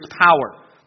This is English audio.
power